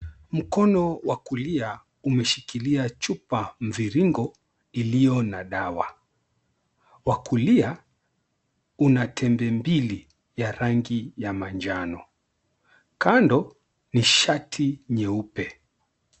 Mkono wa kulia umeshikilia chupa mvirigo iliyo na dawa. Wa kulia una tembe mbili ya rangi ya manjano. Kando ni shati nyeupe.